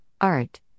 Art